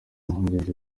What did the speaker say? impungenge